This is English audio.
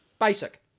Basic